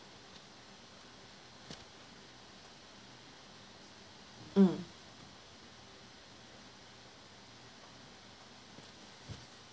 mm